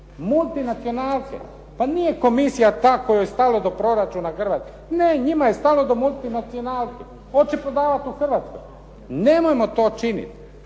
multinacionalke. Pa nije komisija ta kojoj je stalo do proračuna Hrvatske. Ne, njima je stalo do multinacionalke, hoće prodavati u Hrvatskoj. Nemojmo to činiti.